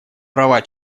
права